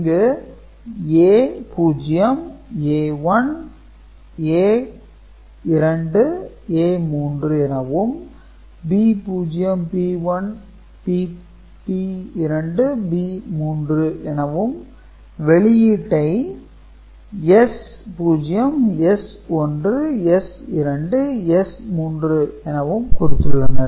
இங்கு A0 A1 A2 A3 எனவும் B0 B1 B2 B3 எனவும் வெளியிட்டை S0 S1 S2 S3 எனவும் குறித்துள்ளனர்